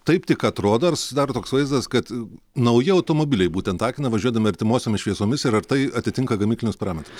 taip tik atrodo ar susidaro toks vaizdas kad nauji automobiliai būtent akina važiuodami artimosiomis šviesomis ir ar tai atitinka gamyklinius parametrus